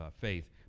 faith